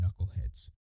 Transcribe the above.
knuckleheads